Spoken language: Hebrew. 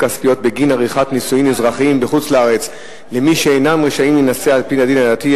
אזרחיים בחוץ-לארץ למי שאינם רשאים להינשא על-פי הדין הדתי,